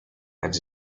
and